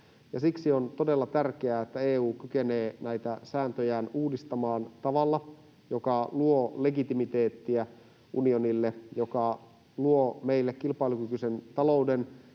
Siksi on todella tärkeää, että EU kykenee näitä sääntöjään uudistamaan tavalla, joka luo legitimiteettiä unionille, joka luo meille kilpailukykyisen talouden,